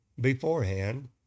beforehand